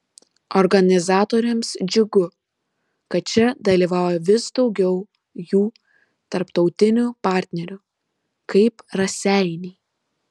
organizatoriams džiugu kad čia dalyvauja vis daugiau jų tarptautinių partnerių kaip raseiniai